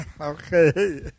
Okay